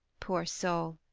poor soul!